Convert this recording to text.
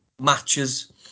matches